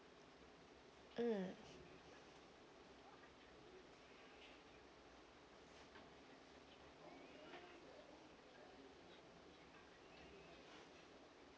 mm